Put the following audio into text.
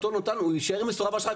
הוא יישאר מסורב אשראי,